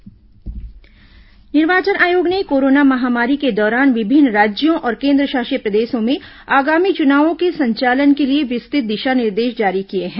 निर्वाचन आयोग दिशा निर्देश निर्वाचन आयोग ने कोरोना महामारी के दौरान विभिन्न राज्यों और केन्द्रशासित प्रदेशों में आगामी चुनावों के संचालन के लिए विस्तृत दिशा निर्देश जारी किए हैं